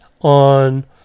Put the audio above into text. on